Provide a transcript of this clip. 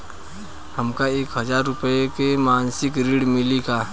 हमका एक हज़ार रूपया के मासिक ऋण मिली का?